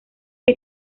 que